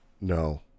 No